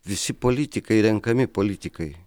visi politikai renkami politikai